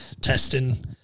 testing